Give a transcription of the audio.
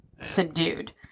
subdued